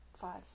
five